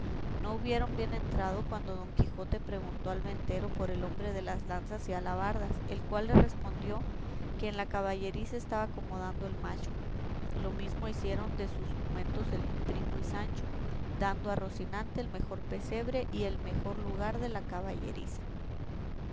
no hubieron bien entrado cuando don quijote preguntó al ventero por el hombre de las lanzas y alabardas el cual le respondió que en la caballeriza estaba acomodando el macho lo mismo hicieron de sus jumentos el primo y sancho dando a rocinante el mejor pesebre y el mejor lugar de la caballeriza